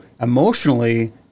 emotionally